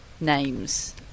names